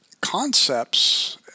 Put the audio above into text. concepts